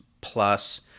plus